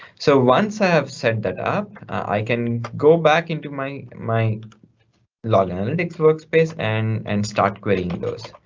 so once i have set that up, i can go back into, my my log analytics workspace and and start querying those.